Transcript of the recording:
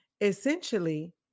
essentially